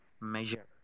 measure